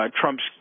Trump's